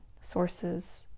sources